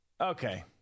Okay